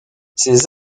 ces